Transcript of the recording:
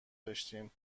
داشتیم